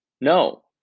No